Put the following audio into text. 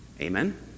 Amen